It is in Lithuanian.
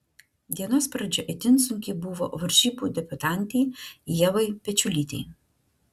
dienos pradžia itin sunki buvo varžybų debiutantei ievai pečiulytei